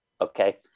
okay